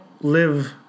live